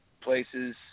places